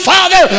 Father